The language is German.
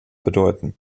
bedeuten